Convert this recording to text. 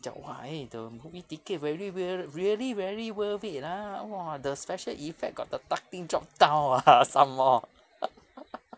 讲话 eh 的 movie tickets very real~ really very worth it ah !wah! the special effect got the ducting drop down ah some more